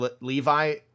Levi